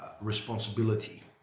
responsibility